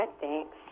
Thanks